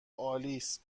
آلیس